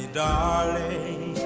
darling